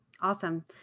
awesome